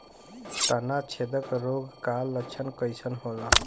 तना छेदक रोग का लक्षण कइसन होला?